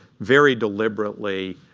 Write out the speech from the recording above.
very deliberately,